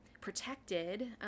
protected